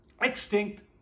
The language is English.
extinct